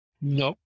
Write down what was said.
No